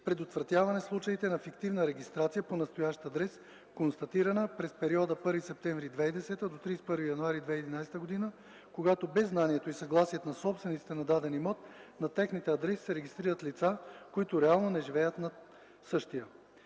предотвратяване случаите на фиктивна регистрация по настоящ адрес, констатирана през периода от 1 септември 2010 г. до 31 януари 2011 г., когато без знанието и съгласието на собствениците на даден имот на техните адреси се регистрират лица, които реално не живеят на същите.